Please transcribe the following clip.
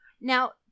Now